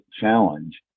challenge